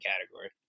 category